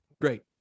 Great